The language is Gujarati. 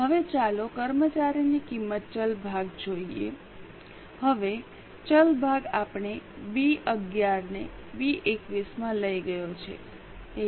હવે ચાલો આપણે કર્મચારીની કિંમત ચલ ભાગ જોઈએ હવે ચલ ભાગ આપણે બી 11 ને બી 21 માં લઈ ગયો છે 1